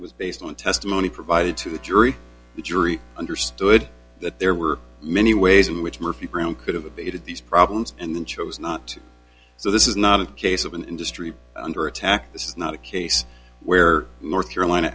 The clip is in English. was based on testimony provided to the jury the jury understood that there were many ways in which murphy brown could have a bit of these problems and then chose not so this is not a case of an industry under attack this is not a case where north carolina